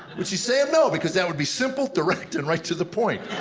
would she say them? no, because that would be simple, direct and right to the point